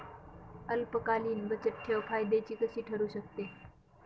अल्पकालीन बचतठेव फायद्याची कशी ठरु शकते?